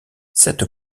cette